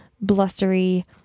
blustery